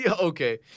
okay